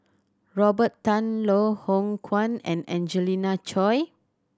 Robert Tan Loh Hoong Kwan and Angelina Choy